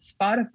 Spotify